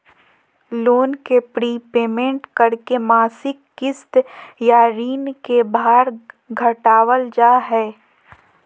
loan के prepayment करके मासिक किस्त या ऋण के भार घटावल जा हय